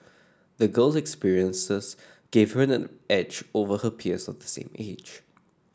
the girl's experiences gave her an edge over her peers of the same age